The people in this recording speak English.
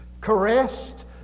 caressed